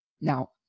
Now